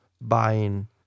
buying